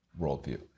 worldview